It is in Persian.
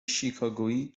شیکاگویی